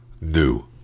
new